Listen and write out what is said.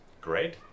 great